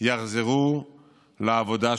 יחזרו לעבודה שוטפת,